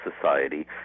society